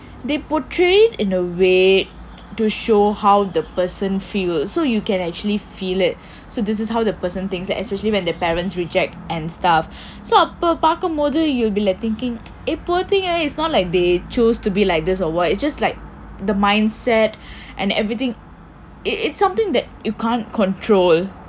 they portray in a way to show how the person feel so you can actually feel it so this is how the person thinks and especially when their parents reject and stuff so அப்போ பார்க்கும்போது:appo paarkkumpothu you'll be like thinking eh poor thing eh it's not like they choose to be like this or what is just like the mindset and everything it it's something that you can't control